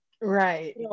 right